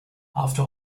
after